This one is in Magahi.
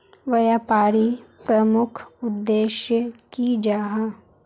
व्यापारी प्रमुख उद्देश्य की जाहा?